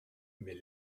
mais